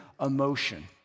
emotion